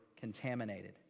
contaminated